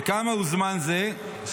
וכמה הוא זמן זה" --- מה זה אומר?